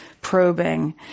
probing